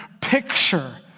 picture